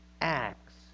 acts